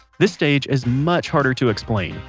this stage is much harder to explain,